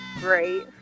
great